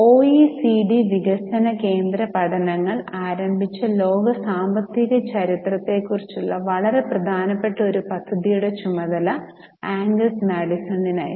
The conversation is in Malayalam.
ഒഇസിഡി വികസന കേന്ദ്ര പഠനങ്ങൾ ആരംഭിച്ച ലോക സാമ്പത്തിക ചരിത്രത്തെക്കുറിച്ചുള്ള വളരെ പ്രധാനപ്പെട്ട ഒരു പദ്ധതിയുടെ ചുമതല ആംഗസ് മാഡിസണിനായിരുന്നു